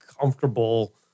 comfortable